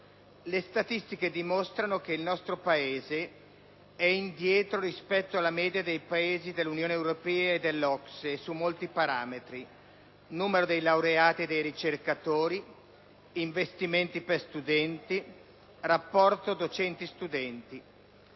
Le statistiche dimostrano che il nostro Paese è indietro rispetto alla media dei Paesi dell'Unione europea e dell'OCSE su molti parametri (numero dei laureati e dei ricercatori, investimenti per studenti, rapporto docenti-studenti).